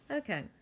Okay